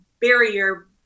barrier